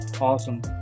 awesome